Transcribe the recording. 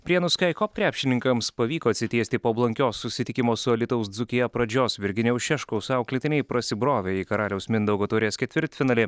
prienų skaikop krepšininkams pavyko atsitiesti po blankios susitikimo su alytaus dzūkija pradžios virginijaus šeškaus auklėtiniai prasibrovė į karaliaus mindaugo taurės ketvirtfinalį